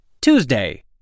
Tuesday